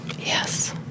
yes